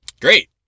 great